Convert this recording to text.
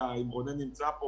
רונן נמצא פה,